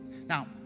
Now